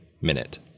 minute